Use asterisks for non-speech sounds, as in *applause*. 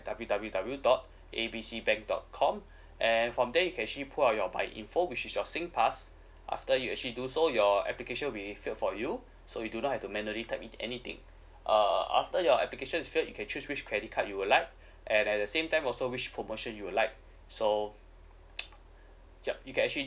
W W W dot A B C bank dot com and from there you can actually put all your info which is your singpass after you actually do so your application we fill for you so you do not have to manually type me anything uh after your application is filled you can choose which credit card you would like *breath* and at the same time also which promotion you like so yup you can actually